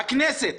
הכנסת,